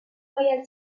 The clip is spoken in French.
royal